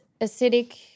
acidic